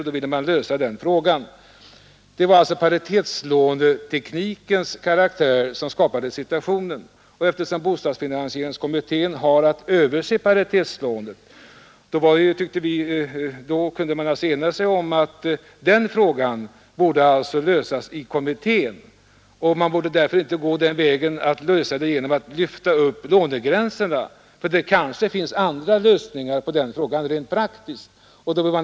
Det var alltså paritetslåneteknikens karaktär som skapade situationen, och eftersom bostadsfinansieringskommittén har att överse paritetslånen kunde vi enas om att den här frågan borde lösas i kommittén och inte genom att man lyfte upp lånegränserna; det finns kanske andra lösningar på problemet rent praktiskt.